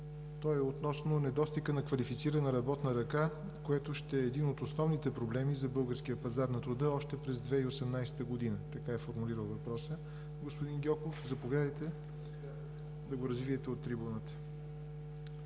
Той е относно недостига на квалифицирана работна ръка, което ще е един от основните проблеми за българския пазар на труда още през 2018 г. Така е формулирал въпроса господин Гьоков. Заповядайте да го развиете от трибуната.